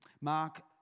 Mark